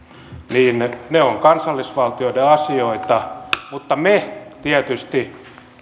niin ne ovat kansallisvaltioiden asioita mutta me tietysti